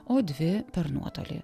o dvi per nuotolį